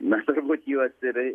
na turbūt juos ir